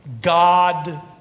God